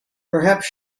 perhaps